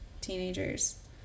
teenagers